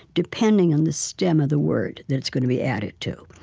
depending on the stem of the word that it's going to be added to.